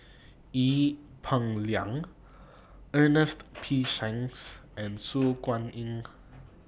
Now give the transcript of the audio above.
Ee Peng Liang Ernest P Shanks and Su Guaning